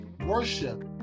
worship